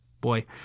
Boy